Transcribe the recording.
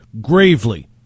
gravely